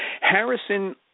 harrison